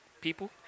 people